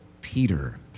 Peter